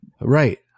Right